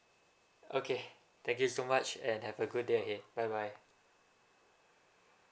okay thank you so much and have a good day okay bye bye